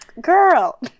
girl